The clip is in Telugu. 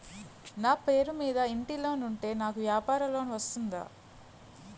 నా పేరు మీద ఇంటి లోన్ ఉంటే నాకు వ్యాపార లోన్ వస్తుందా?